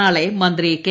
നാളെ മന്ത്രി കെ